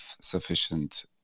sufficient